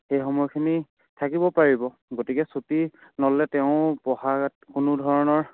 সেই সময়খিনি থাকিব পাৰিব গতিকে ছুটী নল'লে তেওঁ পঢ়াত কোনো ধৰণৰ